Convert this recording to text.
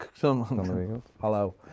hello